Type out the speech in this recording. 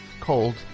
cold